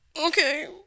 okay